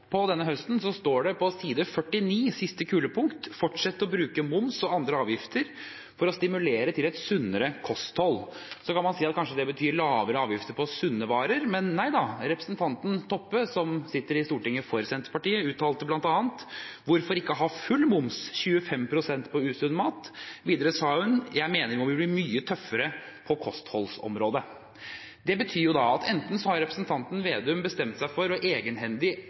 på denne høsten, står det i siste kulepunkt på side 49 at man vil fortsette å bruke moms og andre avgifter for å stimulere til et sunnere kosthold. Så kan man si at det kanskje betyr lavere avgifter på sunne varer, men neida. Representanten Toppe, som sitter i Stortinget for Senterpartiet, uttalte bl.a.: «Hvorfor ikke ha full moms, 25 prosent, på usunn mat?» Videre sa hun: «Jeg mener vi må bli mye tøffere på kostholdsområdet.» Det betyr da at enten har representanten Slagsvold Vedum bestemt seg for egenhendig å overstyre sitt eget landsmøte og